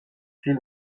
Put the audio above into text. plus